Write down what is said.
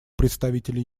представителя